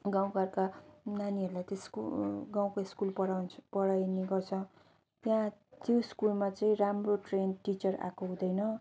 गाउँ घरका नानीहरूलाई त स्कुल गाउँका स्कुल पढाउँछ पढाइने गर्छ त्यहाँ त्यो स्कुलमा चाहिँ राम्रो ट्रेन टिचर आएको हुँदैन